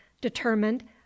determined